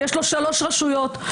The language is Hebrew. שיש לו שלוש רשויות,